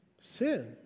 sin